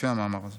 המאמר הזה